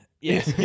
Yes